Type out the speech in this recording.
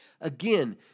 Again